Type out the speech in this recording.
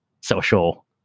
social